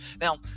Now